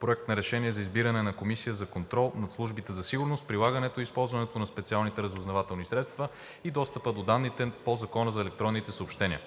Проект на решение за избиране на Комисия за контрол над службите за сигурност, прилагането и използването на специалните разузнавателни средства и достъпа до данните по Закона за електронните съобщения.